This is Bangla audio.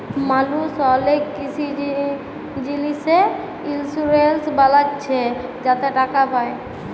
মালুস অলেক কিসি জিলিসে ইলসুরেলস বালাচ্ছে যাতে টাকা পায়